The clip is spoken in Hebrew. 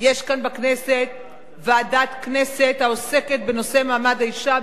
יש כאן בכנסת ועדת כנסת העוסקת בנושא מעמד האשה,